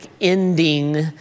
ending